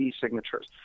signatures